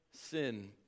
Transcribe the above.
sin